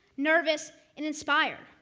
nervous and inspired.